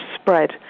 spread